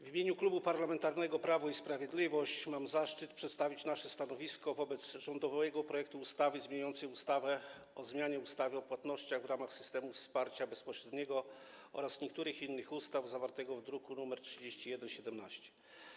W imieniu Klubu Parlamentarnego Prawo i Sprawiedliwość mam zaszczyt przedstawić nasze stanowisko wobec rządowego projektu ustawy zmieniającej ustawę o zmianie ustawy o płatnościach w ramach systemów wsparcia bezpośredniego oraz niektórych innych ustaw, zawartego w druku nr 3117.